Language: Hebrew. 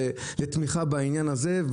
לתמיכה בעניין הזה.